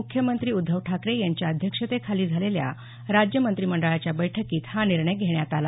मुख्यमंत्री उद्धव ठाकरे यांच्या अध्यक्षतेखाली झालेल्या राज्य मंत्रिमंडळाच्या बैठकीत हा निर्णय घेण्यात आला